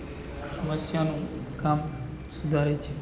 સમસ્યાનું કામ સુધારે છે